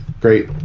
great